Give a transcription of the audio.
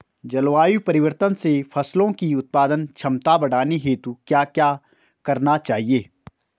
जलवायु परिवर्तन से फसलों की उत्पादन क्षमता बढ़ाने हेतु क्या क्या करना चाहिए?